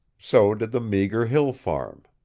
so did the meager hill farm.